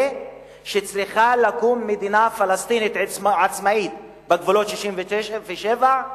שצריכה לקום מדינה פלסטינית עצמאית בגבולות 67',